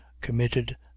committed